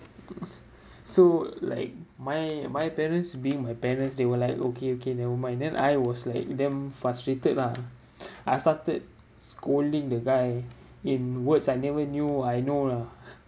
so like my my parents being my parents they were like okay okay never mind then I was like damn frustrated lah I started scolding the guy in words I never knew I know lah